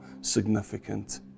significant